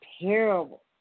terrible